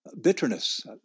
bitterness